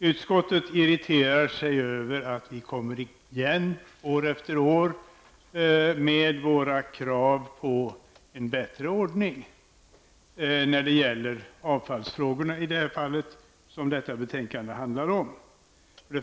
Utskottet irriteras över att vi kommer igen år efter år med våra krav på en bättre ordning, i det här fallet när det gäller avfallsfrågorna, som detta betänkande handlar om.